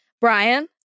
Brian